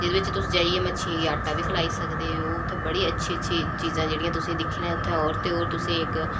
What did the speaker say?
जेह्दे बिच्च तुस जाइयै मच्छियें गी आटा बी खलाई सकदे ओह् उत्थे बड़ी अच्छी अच्छी चीज़ां जेह्ड़ियां तुसें दिक्खनियां उत्थें होर ते होर तुसें इक